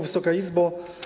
Wysoka Izbo!